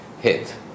hit